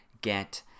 get